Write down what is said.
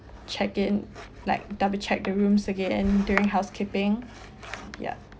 check in like double check the rooms again during housekeeping yet ya